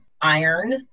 Iron